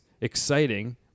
exciting